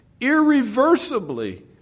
Irreversibly